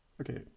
okay